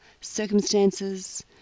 circumstances